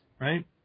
right